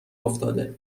افتاده